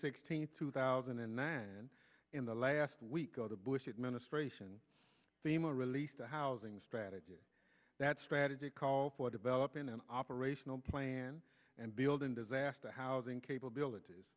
sixteenth two thousand and man in the last week go to bush administration thema released a housing strategy that strategy called for developing an operational plan and building disaster housing capabilities